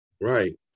Right